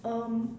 um